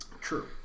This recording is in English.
True